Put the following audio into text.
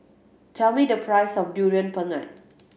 tell me the price of Durian Pengat